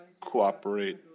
cooperate